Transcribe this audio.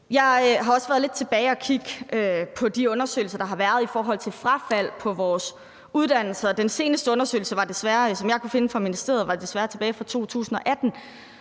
Jeg har også været lidt tilbage og kigge på de undersøgelser, der har været, af frafald på vores uddannelser. Den seneste undersøgelse, som jeg kunne finde fra ministeriet, var desværre tilbage fra 2018.